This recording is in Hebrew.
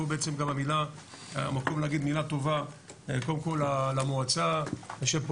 פה בעצם גם המקום להגיד מילה טובה קודם כל למועצה שלצערנו